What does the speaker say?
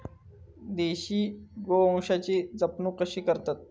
देशी गोवंशाची जपणूक कशी करतत?